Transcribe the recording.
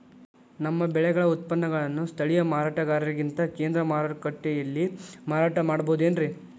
ನಮ್ಮ ಬೆಳೆಗಳ ಉತ್ಪನ್ನಗಳನ್ನ ಸ್ಥಳೇಯ ಮಾರಾಟಗಾರರಿಗಿಂತ ಕೇಂದ್ರ ಮಾರುಕಟ್ಟೆಯಲ್ಲಿ ಮಾರಾಟ ಮಾಡಬಹುದೇನ್ರಿ?